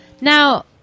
now